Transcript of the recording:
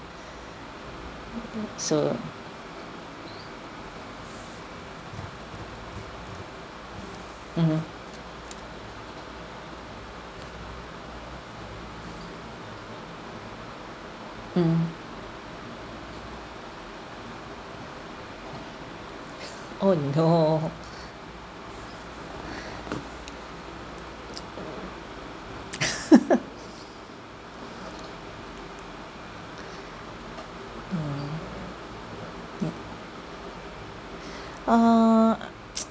so mmhmm mm oh no mm err